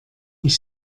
ich